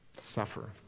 suffer